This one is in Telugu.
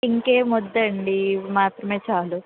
ఇంకేం వద్దండి ఇవి మాత్రమే చాలు